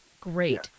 Great